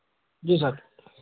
जी sir